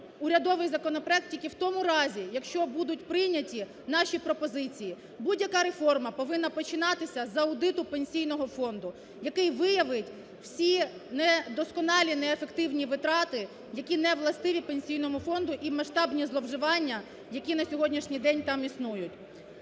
урядовий законопроект тільки в тому разі, якщо будуть прийняті наші пропозиції. Будь-яка реформа повинна починатися з аудиту Пенсійного фонду, який виявить всі недосконалі неефективні витрати, які не властиві Пенсійному фонду, і масштабні зловживання, які на сьогоднішній день там існують.